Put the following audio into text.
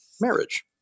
marriage